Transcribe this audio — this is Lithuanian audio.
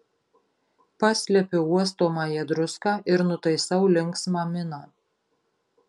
paslepiu uostomąją druską ir nutaisau linksmą miną